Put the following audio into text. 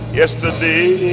yesterday